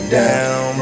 down